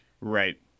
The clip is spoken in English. right